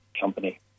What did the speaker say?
company